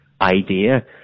idea